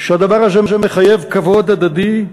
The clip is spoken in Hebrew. שהדבר הזה מחייב כבוד הדדי.